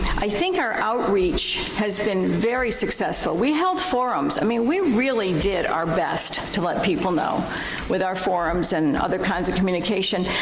i think our outreach has been very successful. we held forums, i mean, we really did our best to let people know with our forums and other kinds of communication.